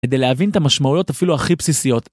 ‫כדי להבין את המשמעויות ‫אפילו הכי בסיסיות.